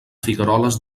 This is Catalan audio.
figueroles